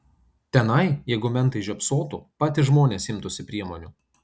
tenai jeigu mentai žiopsotų patys žmonės imtųsi priemonių